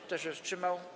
Kto się wstrzymał?